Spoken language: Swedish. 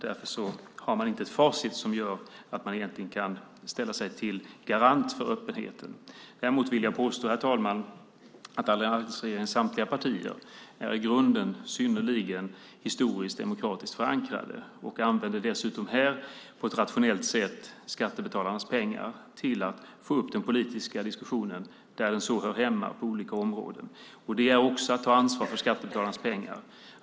Därför har man inte ett facit som gör att man kan ställa sig till garant för öppenheten. Däremot vill jag påstå, herr talman, att alliansregeringens samtliga partier är i grunden synnerligen historiskt demokratiskt förankrade och använder dessutom här på ett rationellt sätt skattebetalarnas pengar till att få upp den politiska diskussionen där den hör hemma på olika områden. Det är också att ta ansvar för skattebetalarnas pengar.